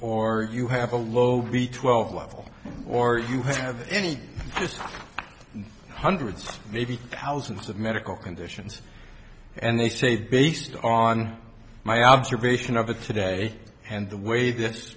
or you have a low b twelve level or you have any just hundreds maybe thousands of medical conditions and they say that based on my observation of the today and the way this